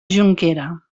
jonquera